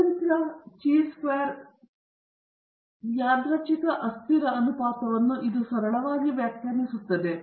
ಸ್ವತಂತ್ರ ಚಿ ಚದರ ಯಾದೃಚ್ಛಿಕ ಅಸ್ಥಿರ ಅನುಪಾತವನ್ನು ಇದು ಸರಳವಾಗಿ ವ್ಯಾಖ್ಯಾನಿಸುತ್ತದೆ